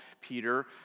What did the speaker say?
Peter